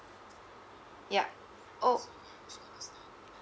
yup oh